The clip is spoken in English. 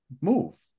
move